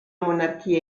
monarchia